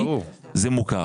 זה מוכר.